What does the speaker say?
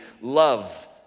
love